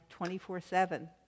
24-7